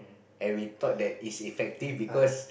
and we thought that it's effective because